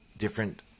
different